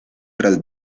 tras